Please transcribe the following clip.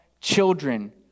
children